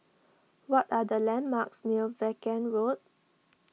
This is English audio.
what are the landmarks near Vaughan Road